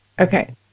Okay